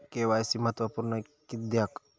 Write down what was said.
KYC महत्त्वपुर्ण किद्याक?